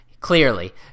Clearly